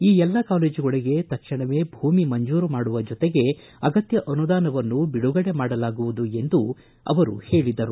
ಈ ಎಲ್ಲ ಕಾಲೇಜುಗಳಿಗೆ ತಕ್ಷಣವೇ ಭೂಮಿ ಮಂಜೂರು ಮಾಡುವ ಜೊತೆಗೆ ಅಗತ್ಯ ಅನುದಾನವನ್ನು ಬಿಡುಗಡೆ ಮಾಡಲಾಗುವುದು ಎಂದು ಅವರು ಹೇಳಿದರು